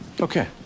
Okay